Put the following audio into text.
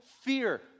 fear